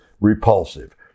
repulsive